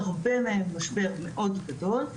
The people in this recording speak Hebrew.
להרבה מהם משבר מאוד גדול,